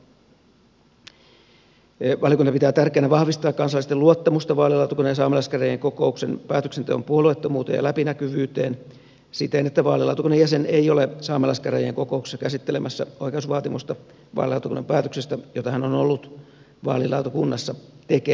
valiokunta pitää tärkeänä vahvistaa kansalaisten luottamusta vaalilautakunnan ja saamelaiskäräjien kokouksen päätöksenteon puolueettomuuteen ja läpinäkyvyyteen siten että vaalilautakunnan jäsen ei ole saamelaiskäräjien kokouksissa käsittelemässä oikeusvaatimusta vaalilautakunnan päätöksestä jota hän on ollut vaalilautakunnassa tekemässä